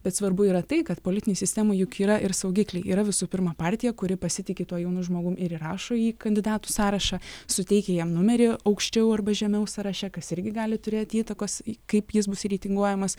bet svarbu yra tai kad politinėje sistemoje juk yra ir saugikliai yra visų pirmą partiją kuri pasitiki tuo jaunu žmogum ir įrašo jį į kandidatų sąrašą suteikia jam numerį aukščiau arba žemiau sąraše kas irgi gali turėti įtakos kaip jis bus reitinguojamas